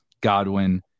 Godwin